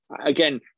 again